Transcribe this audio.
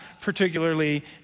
particularly